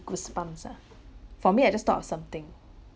goosebumps ah for me I just thought of something